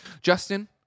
Justin